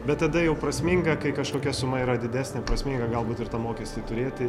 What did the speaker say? bet tada jau prasminga kai kažkokia suma yra didesnė prasminga galbūt ir tą mokestį turėti